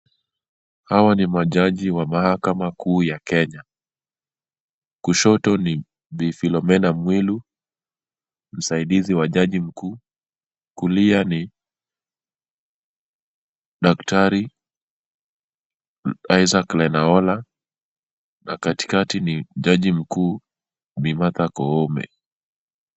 Hawa ni majaji wa mahakama kuu ya Kenya. Kushoto ni Bi. Philomena Mwilu, msaidizi wa jaji mkuu, kulia ni Daktari Isaac Lenaola na katikati ni jaji mkuu Bi. Martha Koome.